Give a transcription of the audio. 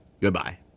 Goodbye